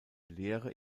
lehre